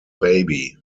baby